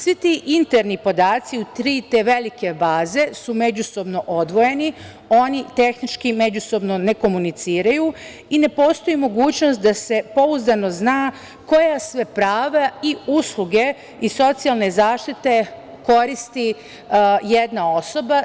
Svi ti interni podaci u tri te velike baze su međusobno odvojeni, oni tehnički međusobno ne komuniciraju i ne postoji mogućnost da se pouzdano zna koja sve prava i usluge i socijalne zaštite koristi jedna osoba.